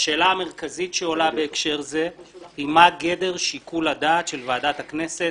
השאלה המרכזית שעולה בהקשר זה היא מה גדר שיקול הדעת של ועדת הכנסת